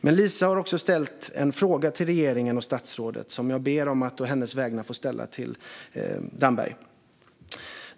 Men Lisa har också ställt en fråga till regeringen och statsrådet som jag ber om att å hennes vägnar få ställa till Damberg.